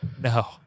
no